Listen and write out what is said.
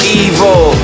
evil